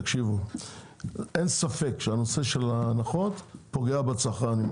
אין ספק שהנושא של ההנחות פוגע בצרכן.